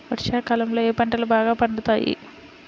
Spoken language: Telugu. వర్షాకాలంలో ఏ పంటలు బాగా పండుతాయి?